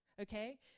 Okay